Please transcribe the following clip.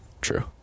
True